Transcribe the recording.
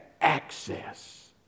access